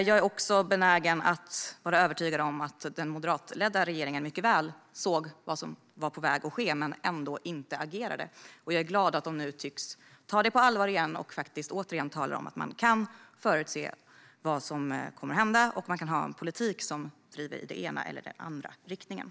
Jag är också övertygad om att den moderatledda regeringen mycket väl såg vad som var på väg att ske men ändå inte agerade. Jag är glad att Moderaterna nu tycks ta detta på allvar igen och åter talar om att man kan förutse vad som kommer att hända och att man kan ha en politik som driver i den ena eller andra riktningen.